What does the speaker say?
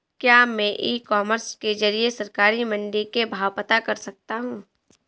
क्या मैं e commerce के ज़रिए सरकारी मंडी के भाव पता कर सकता हूँ?